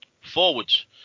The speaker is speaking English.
Forwards